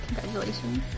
Congratulations